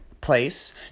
place